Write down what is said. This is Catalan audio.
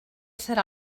serà